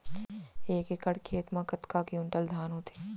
एक एकड़ खेत मा कतका क्विंटल धान होथे?